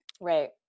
Right